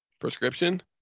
Prescription